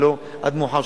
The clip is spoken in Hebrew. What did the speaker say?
ולא עד מאוחר,